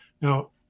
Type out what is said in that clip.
Now